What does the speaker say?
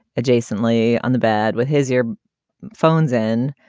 jason lee on the bed with his ear phones in.